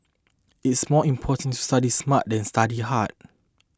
it is more important to study smart than study hard